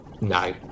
no